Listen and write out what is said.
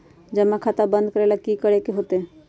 जमा खाता बंद करे ला की करे के होएत?